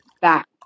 back